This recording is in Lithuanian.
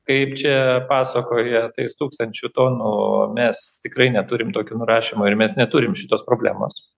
kaip čia pasakoja tais tūkstančių tonų mes tikrai neturim tokių nurašymų ir mes neturim šitos problemos